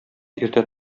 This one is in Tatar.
иртә